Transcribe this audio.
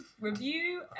review